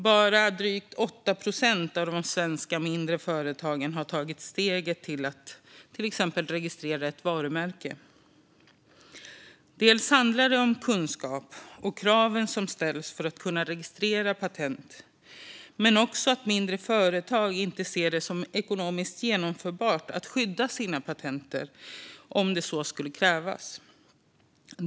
Bara drygt 8 procent av de svenska mindre företagen har tagit steget till att till exempel registrera ett varumärke. Det handlar delvis om kunskap och om de krav som ställs för att kunna registrera patent, men det handlar också om att mindre företag inte ser det som ekonomiskt genomförbart att skydda sina patent om så skulle krävas.